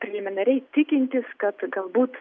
preliminariai tikintis kad galbūt